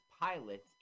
pilots